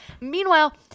Meanwhile